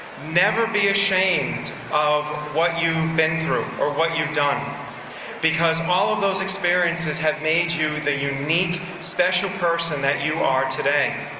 never be ashamed of what you've been through or what you've done because all of those experiences have made you the unique special person that you are today.